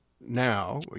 now